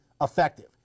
effective